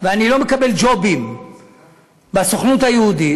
ואני לא מקבל ג'ובים בסוכנות היהודית.